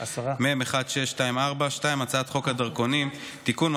2. הצעת חוק הדרכונים (תיקון,